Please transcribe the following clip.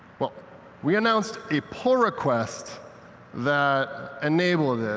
well we announced a pull request that enabled it.